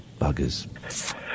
Buggers